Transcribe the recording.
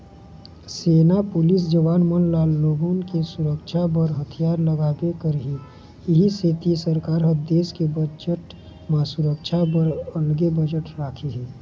सेना, पुलिस जवान मन ल लोगन के सुरक्छा बर हथियार लागबे करही इहीं सेती सरकार ह देस के बजट म सुरक्छा बर अलगे बजट राखे हे